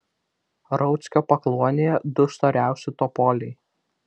rauckio pakluonėje du storiausi topoliai